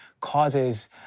causes